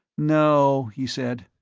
no, he said.